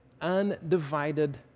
undivided